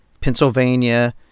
Pennsylvania